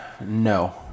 No